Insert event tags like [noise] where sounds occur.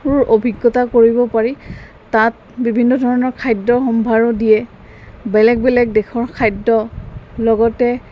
[unintelligible] অভিজ্ঞতা কৰিব পাৰি তাত বিভিন্ন ধৰণৰ খাদ্য সম্ভাৰো দিয়ে বেলেগ বেলেগ দেশৰ খাদ্য লগতে